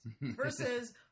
Versus